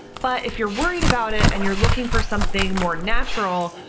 but if you're worried about it and you're looking for something more natural.